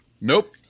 nope